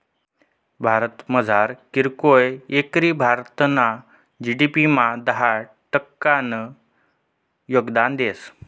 भारतमझार कीरकोय इकरी भारतना जी.डी.पी मा दहा टक्कानं योगदान देस